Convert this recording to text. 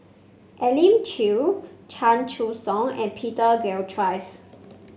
Elim Chew Chan Choy Siong and Peter Gilchrist